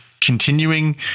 continuing